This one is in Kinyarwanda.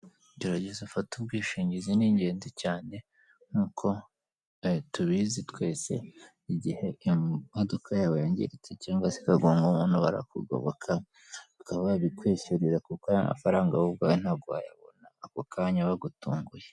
Gerageza ufate ubwishingizi ni ingenzi cyane. Nk'uko tubizi twese igihe imodoka yawe yangiritse cyangwa ikagonga umuntu barakugoboka, bakaba babikwishyurira kuko ayo mafaranga yo ubwayo ntabwo wayabona ako kanya bagutunguye.